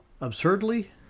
absurdly